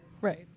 Right